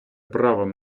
правом